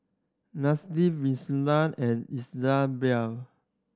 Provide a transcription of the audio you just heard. Nanette Violetta and Elisabeth